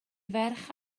ferch